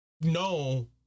no